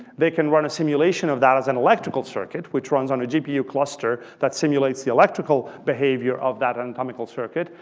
they can run a simulation of that as an electrical circuit, which runs on a gpo cluster that simulates the electrical behavior of that anatomical circuit,